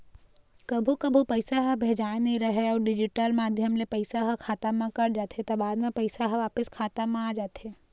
कभू कभू पइसा ह भेजाए नइ राहय अउ डिजिटल माध्यम ले पइसा ह खाता म कट जाथे त बाद म पइसा ह वापिस खाता म आ जाथे